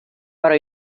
però